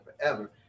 forever